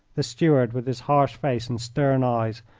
this steward, with his harsh face and stern eyes,